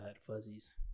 fuzzies